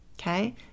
okay